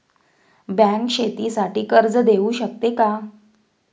Bank शेतीसाठी कर्ज देऊ शकते का?